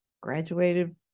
graduated